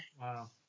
Wow